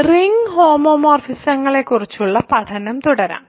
ring ഹോമോമോർഫിസങ്ങളെക്കുറിച്ചുള്ള പഠനം തുടരാം